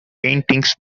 paintings